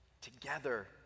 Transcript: together